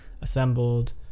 Assembled